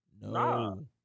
no